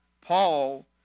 Paul